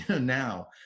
now